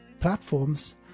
platforms